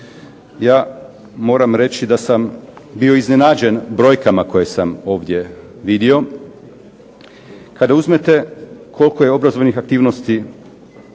Ja moram reći da sam bio iznenađen brojkama koje sam ovdje vidio. Kada uzmete koliko je obrazovnih aktivnosti